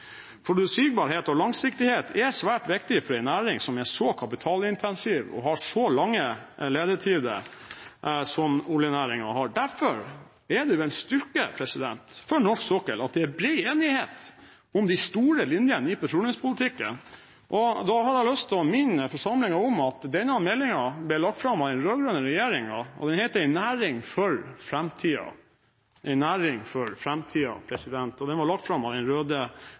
Forutsigbarhet og langsiktighet er svært viktig for en næring som er så kapitalintensiv og har så lange ledetider som oljenæringen har. Derfor er det en styrke for norsk sokkel at det er bred enighet om de store linjene i petroleumspolitikken. Jeg har lyst til å minne forsamlingen om denne meldingen som ble lagt fram av den rød-grønne regjeringen, som heter En næring for framtida. En næring for framtida – og den var lagt fram av